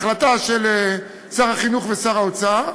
החלטה של שר החינוך ושר האוצר,